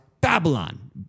Babylon